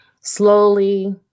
slowly